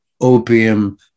opium